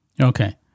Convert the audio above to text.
Okay